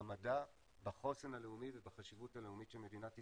המדע בחוסן הלאומי ובחשיבות הלאומית של מדינת ישראל.